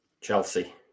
Chelsea